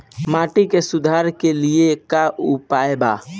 माटी के सुधार के लिए का उपाय बा?